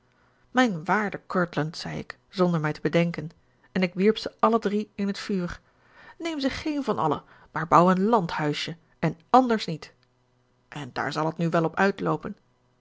mijn waarde courtland zei ik zonder mij te bedenken en ik wierp ze alle drie in het vuur neem ze geen van alle maar bouw een landhuisje en anders niet en daar zal het nu wel op uitloopen